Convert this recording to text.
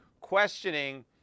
questioning